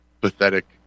pathetic